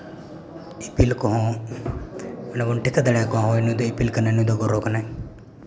ᱤᱯᱤᱞ ᱠᱚᱦᱚᱸ ᱞᱚᱜᱚᱱ ᱴᱷᱤᱠᱟᱹ ᱫᱟᱲᱮᱭᱟᱠᱚᱣᱟ ᱱᱩᱭ ᱫᱚ ᱤᱯᱤᱞ ᱠᱟᱱᱟᱭ ᱱᱩᱭ ᱫᱚ ᱜᱨᱚᱦᱚ ᱠᱟᱱᱟᱭ